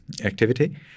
activity